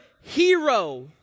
hero